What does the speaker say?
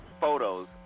photos